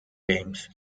games